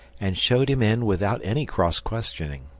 and showed him in without any cross-questioning.